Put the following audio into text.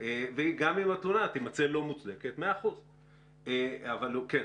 וגם אם התלונה תימצא לא מוצדקת, זה בסדר גמור.